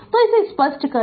तो इसे स्पष्ट कर दे